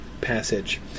passage